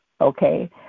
okay